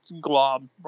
glob